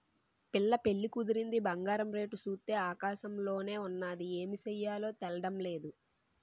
పిల్ల పెళ్లి కుదిరింది బంగారం రేటు సూత్తే ఆకాశంలోన ఉన్నాది ఏమి సెయ్యాలో తెల్డం నేదు